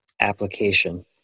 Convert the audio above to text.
application